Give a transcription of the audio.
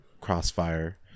crossfire